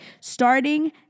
starting